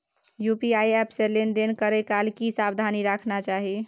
UPI app से लेन देन करै काल की सब सावधानी राखना चाही?